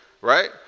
right